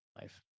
life